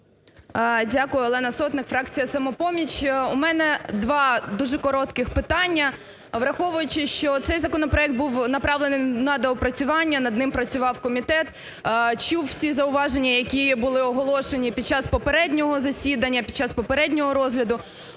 Дякую. Олена Сотник, фракція "Самопоміч". У мене два дуже коротких питання. Враховуючи, що цей законопроект був направлений на доопрацювання, над ним працював комітет, чув всі зауваження, які були оголошені під час попереднього засідання, під час попереднього розгляду.